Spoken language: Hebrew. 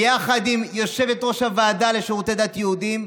ביחד עם יושבת-ראש הוועדה לשירותי דת יהודיים,